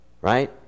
right